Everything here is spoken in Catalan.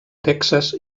texas